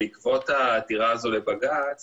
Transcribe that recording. בעקבות העתירה הזאת לבג"ץ